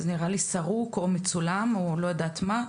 זה נראה לי סרוק או מצולם או לא יודעת מה,